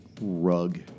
rug